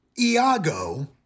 Iago